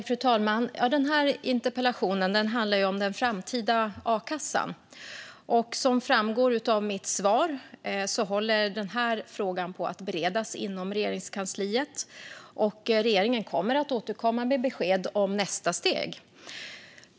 Fru talman! Interpellationen handlar om den framtida a-kassan. Som framgår av mitt svar bereds frågan inom Regeringskansliet, och regeringen kommer att återkomma med besked om nästa steg.